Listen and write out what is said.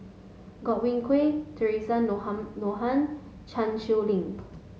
Godwin Koay Theresa Noronha Noronhan Chan Sow Lin